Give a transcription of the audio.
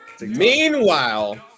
Meanwhile